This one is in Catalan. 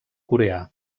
coreà